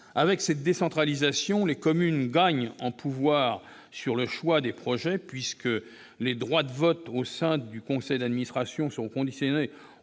Avec cette décentralisation, les communes gagnent en pouvoir sur le choix des projets puisque les droits de vote au sein du conseil d'admiration sont conditionnés